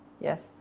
Yes